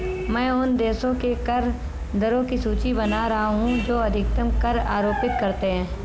मैं उन देशों के कर दरों की सूची बना रहा हूं जो अधिकतम कर आरोपित करते हैं